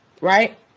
Right